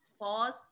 pause